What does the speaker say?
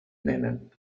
nennen